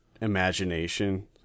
imagination